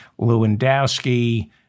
Lewandowski